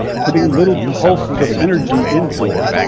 putting little pulses of energy into it,